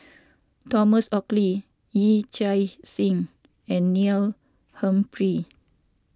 Thomas Oxley Yee Chia Hsing and Neil Humphreys